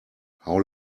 how